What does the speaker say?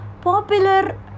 popular